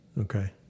okay